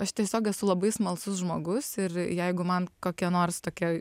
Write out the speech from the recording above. aš tiesiog esu labai smalsus žmogus ir jeigu man kokia nors tokia